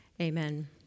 amen